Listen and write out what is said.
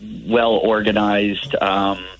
well-organized